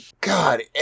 God